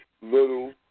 Little